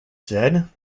said